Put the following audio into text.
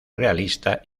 realista